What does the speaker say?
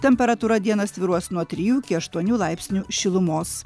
temperatūra dieną svyruos nuo trijų aštuonių laipsnių šilumos